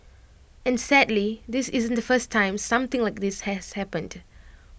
and sadly this isn't the first time something like this has happened